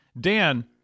Dan